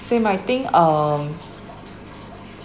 same I think um